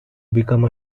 become